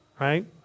right